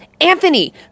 Anthony